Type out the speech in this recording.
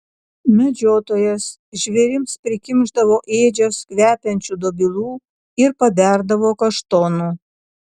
medžiotojas žvėrims prikimšdavo ėdžias kvepiančių dobilų ir paberdavo kaštonų